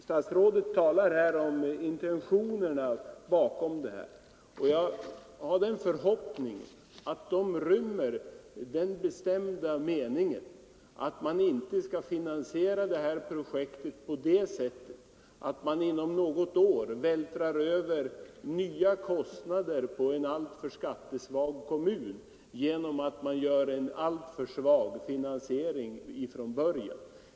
Statsrådet talade också om intentionerna bakom detta projekt. Jag har den förhoppningen att dessa inrymmer den bestämda meningen att detta projekt inte skall finansieras på ett sådant sätt att det inom något år på en alltför skattesvag kommun vältras över nya kostnader till följd av en alltför svag ursprunglig finansiering.